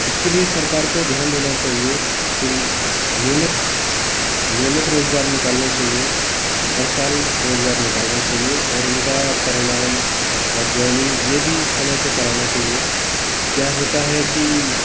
इसके लिए सरकार को ध्यान देना चाहिए कि नियमित नियमित रोज़गार निकालने चाहिए हर साल रोज़गार निकालना चाहिए और उनका परिणाम और जॉइनिंग ये भी समय पर कराना चाहिए क्या होता है कि